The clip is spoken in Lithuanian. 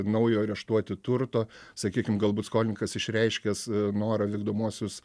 naujo areštuoti turto sakykim galbūt skolininkas išreiškęs norą vykdomuosius